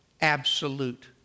absolute